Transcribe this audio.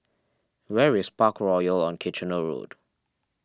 where is Parkroyal on Kitchener Road